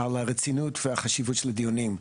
על הרצינות והחשיבות של הדיונים.